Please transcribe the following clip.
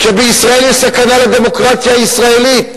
כי יש סכנה לדמוקרטיה הישראלית.